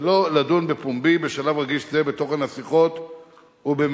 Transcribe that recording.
שלא לדון בפומבי בשלב רגיש זה בתוכן השיחות ובמאפייניהן.